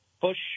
push